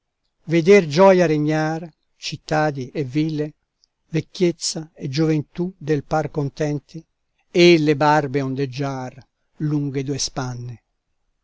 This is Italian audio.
veder gioia regnar cittadi e ville vecchiezza e gioventù del par contente e le barbe ondeggiar lunghe due spanne